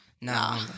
Nah